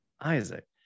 Isaac